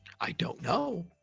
i don't know.